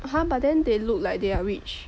(uh huh) but then they look like they are rich